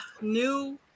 new